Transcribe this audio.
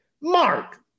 Mark